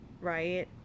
right